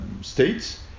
states